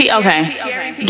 okay